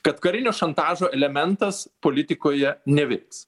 kad karinio šantažo elementas politikoje nevyks